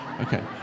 Okay